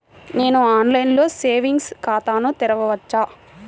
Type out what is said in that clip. నేను ఆన్లైన్లో సేవింగ్స్ ఖాతాను తెరవవచ్చా?